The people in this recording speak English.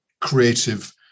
creative